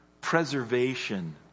preservation